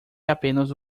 apenas